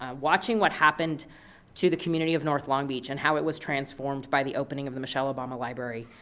ah watching what happened to the community of north long beach, and how it was transformed by the opening of the michelle obama library,